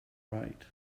right